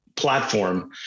platform